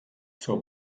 zur